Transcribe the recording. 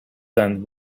than